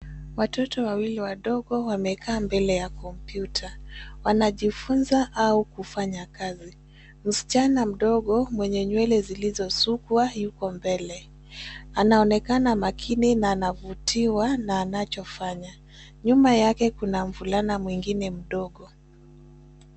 Watoto wawili wadogo wamekaa mbele ya kompyuta. Wanajifunza au kufanya kazi. Msichana mdogo mwenye nywele zilizosukwa, yuko mbele. Anaonekana makini na anavutiwa na anachofanya. Nyuma yake kuna mvulana mwingine mdogo.